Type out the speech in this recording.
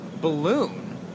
balloon